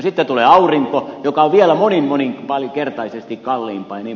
sitten tulee aurinko joka on vielä monin moninkertaisesti kalliimpaa jnp